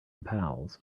pals